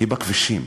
היא בכבישים.